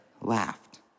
laughed